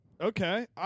Okay